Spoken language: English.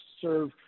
serve